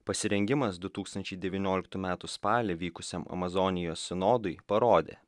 pasirengimas du tūkstančiai devynioliktų metų spalį vykusiam amazonijos sinodui parodė